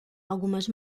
algumas